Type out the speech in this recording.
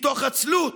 מתוך עצלות,